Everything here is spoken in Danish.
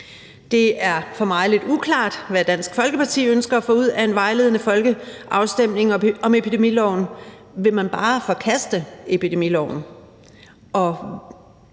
Det er for mig lidt uklart, hvad Dansk Folkeparti ønsker at få ud af en vejledende folkeafstemning om epidemiloven. Vil man bare forkaste epidemiloven?